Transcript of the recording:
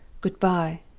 good-by,